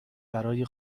برای